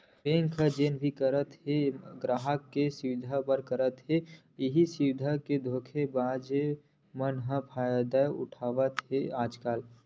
bank ह जेन भी करत हे अपन गराहक के सुबिधा बर करत हे, इहीं सुबिधा के धोखेबाज मन ह फायदा उठावत हे आजकल